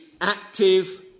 active